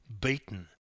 beaten